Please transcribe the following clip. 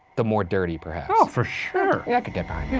the more dirty perhaps. oh for sure. yeah, i could get behind yeah